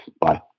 bye